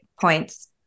points